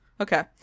Okay